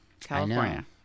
California